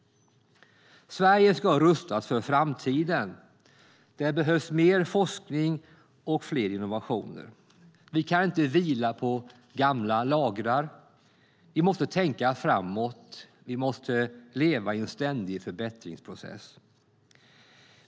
Sverige ska rustas för framtiden. Därför behövs mer forskning och fler innovationer. Vi kan inte vila på gamla lagrar. Vi måste tänka framåt. Vi måste leva i en ständig förbättringsprocess.